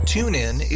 TuneIn